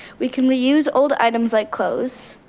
we can reuse old items like clothes,